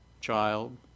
child